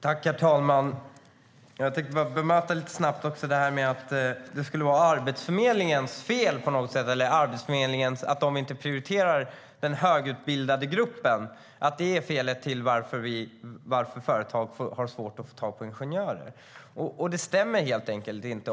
Herr talman! Jag tänkte lite snabbt bemöta att det skulle vara Arbetsförmedlingens fel - att de inte prioriterar den högutbildade gruppen och att det är orsaken till att företag har svårt att få tag på ingenjörer. Det stämmer inte.